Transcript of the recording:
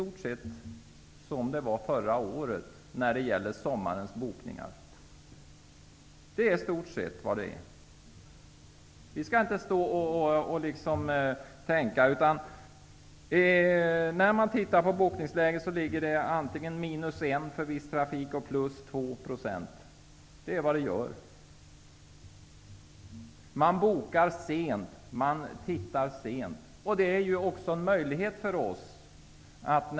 Omfattningen av sommarens bokningar är i stort sett som förra årets bokningar. Bokningsläget är minus 1 % för viss trafik och plus 2 % för viss annan trafik. Det är det faktiska läget. Man bokar sent.